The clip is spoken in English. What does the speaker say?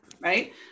Right